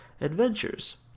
adventures